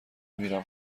میرم